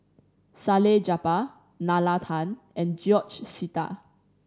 Salleh Japar Nalla Tan and George Sita